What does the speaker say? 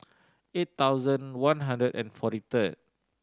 eight thousand one hundred and forty third